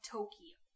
Tokyo